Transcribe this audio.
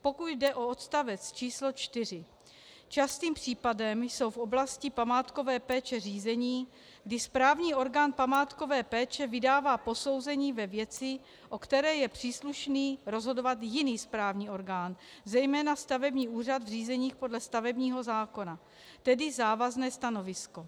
Pokud jde o odstavec číslo 4, častým případem jsou v oblasti památkové péče řízení, kdy správní orgán památkové péče vydává posouzení ve věci, o které je příslušný rozhodovat jiný správní orgán, zejména stavební úřad v řízeních podle stavebního zákona, tedy závazné stanovisko.